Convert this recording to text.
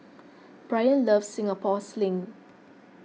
Brian loves Singapore Sling